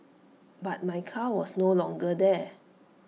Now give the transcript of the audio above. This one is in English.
but my car was no longer there